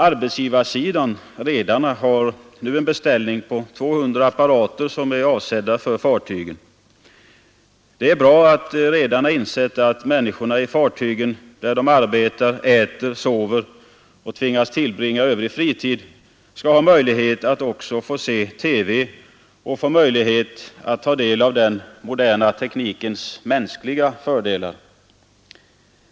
Arbetsgivarsidan — redarna — har nu en beställning på 200 apparater som är avsedda för fartygen. Det är bra att redarna insett att människorna i fartygen, där de arbetar, äter, sover och tvingas tillbringa övrig fritid skall ha möjlighet att också se TV och ta del av den moderna teknikens mänskliga fördelar.